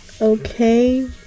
okay